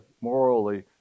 morally